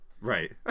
Right